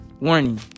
Warning